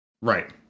Right